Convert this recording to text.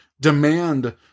demand